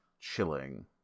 chilling